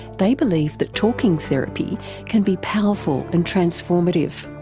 they believe that talking therapy can be powerful and transformative.